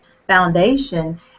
Foundation